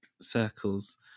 circles